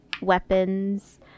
weapons